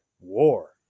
War